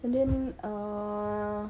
and then err